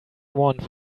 want